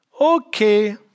Okay